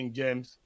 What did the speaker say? james